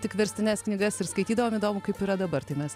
tik verstines knygas ir skaitydavom įdomu kaip yra dabar tai mes